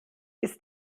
ist